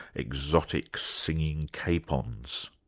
exotic singing capons.